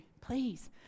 please